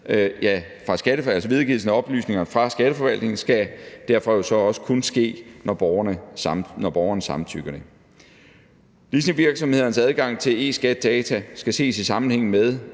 og videregivelsen af oplysninger fra Skatteforvaltningen skal derfor jo så også kun ske, når borgeren samtykker. Leasingvirksomhedernes adgang til eSkatData skal ses i sammenhæng med,